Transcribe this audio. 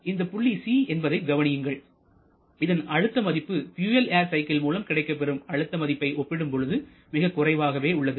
இந்தப் புள்ளி c என்பதைக் கவனியுங்கள் இதன் அழுத்த மதிப்பு பியூயல் ஏர் சைக்கிள் மூலம் கிடைக்கப்பெறும் அழுத்த மதிப்பை ஒப்பிடும்போது மிகக் குறைவாகவே உள்ளது